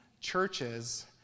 churches